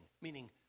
Meaning